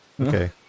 Okay